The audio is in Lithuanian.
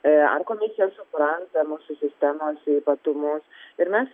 a ar komisijos supranta mūsų sistemos ypatumus ir mes